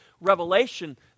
revelation